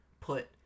put